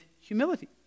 humility